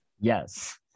Yes